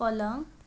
पलङ